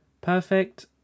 Perfect